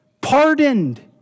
Pardoned